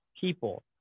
people